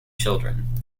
children